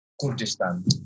Kurdistan